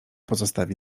pozostawi